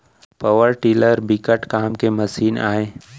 power tiller बिकट काम के मसीन आय